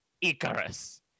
Icarus